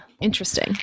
Interesting